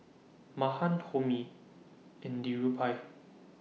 Mahan Homi and Dhirubhai